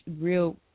real